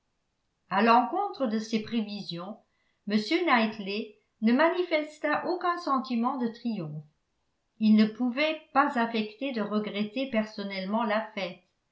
à l'encontre de ces prévisions m knightley ne manifesta aucun sentiment de triomphe il ne pouvait pas affecter de regretter personnellement la fête